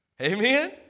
Amen